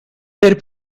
per